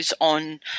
on